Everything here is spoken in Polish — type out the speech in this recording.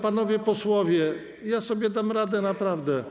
Panowie posłowie, ja sobie dam radę, naprawdę.